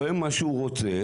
רואה מה שהוא רוצה,